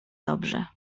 dobrze